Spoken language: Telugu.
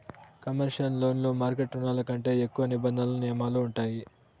కమర్షియల్ లోన్లు మార్కెట్ రుణాల కంటే ఎక్కువ నిబంధనలు నియమాలు ఉంటాయి